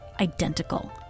identical